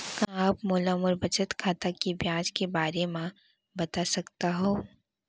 का आप मोला मोर बचत खाता के ब्याज के बारे म बता सकता हव?